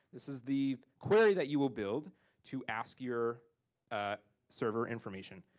this is the query that you will build to ask your server information.